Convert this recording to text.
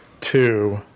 two-